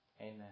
Amen